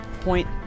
point